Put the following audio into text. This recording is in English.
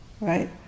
right